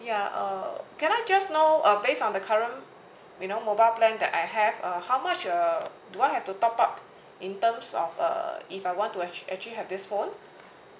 ya uh can I just know uh based on the current you know mobile plan that I have uh how much will uh do I have to top up in terms of uh if I want to actua~ actually have this phone